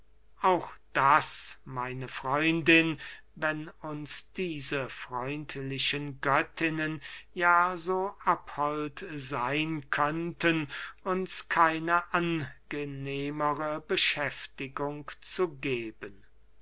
auch das meine freundin wenn uns diese freundlichen göttinnen ja so abhold seyn könnten uns keine angenehmere beschäftigung zu geben